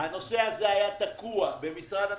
הנושא הזה היה תקוע במשרד המשפטים,